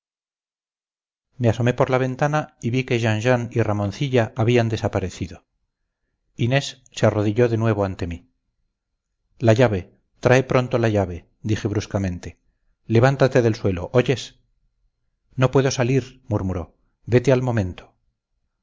me asomé por la ventana y vi que jean jean y ramoncilla habían desaparecido inés se arrodilló de nuevo ante mí la llave trae pronto la llave dije bruscamente levántate del suelo oyes no puedo salir murmuró vete al momento